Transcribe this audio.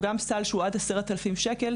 שהוא סל עד 10,000 שקל,